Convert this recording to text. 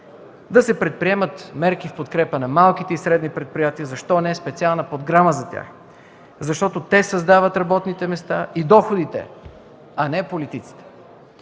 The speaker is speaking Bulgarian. Да се предприемат мерки в подкрепа на малките и средните предприятия, защо не и специална програма за тях, защото те създават работните места и доходите, а не политиците.